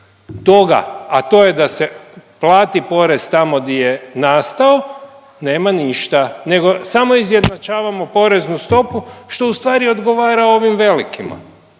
toga, a to je da se plati porez tamo di je nastao nema ništa nego samo izjednačavamo poreznu stopu što ustvari odgovara ovim velikima.